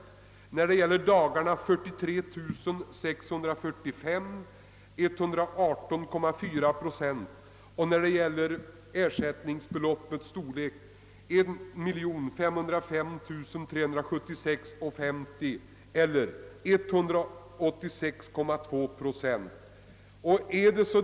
Antalet ersättningsdagar steg med 43 645, d. v. s. 118,4 procent. Totala ersättningsbeloppet slutligen steg med 1505 376 kronor 50 öre eller 186,2 procent under 1966.